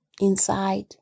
inside